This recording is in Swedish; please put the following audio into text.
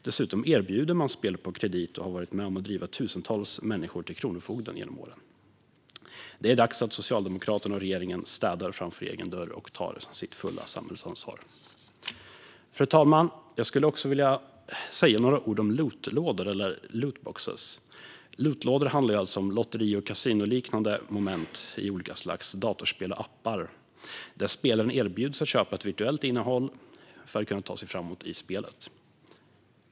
Dessutom erbjuder man spel på kredit och har varit med om att driva tusentals människor till Kronofogden genom åren. Det är dags att Socialdemokraterna och regeringen städar framför egen dörr och tar sitt fulla samhällsansvar. Fru talman! Jag skulle också vilja säga några ord om lootlådor, eller loot boxes. Lootlådor handlar om lotteri och kasinoliknande moment i olika slags datorspel och appar där spelaren erbjuds att köpa ett virtuellt innehåll för att kunna ta sig framåt i spelet.